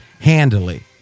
handily